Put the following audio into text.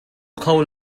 kho